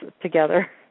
together